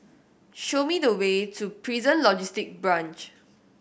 show me the way to Prison Logistic Branch